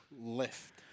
Left